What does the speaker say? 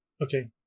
Okay